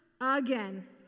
again